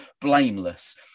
blameless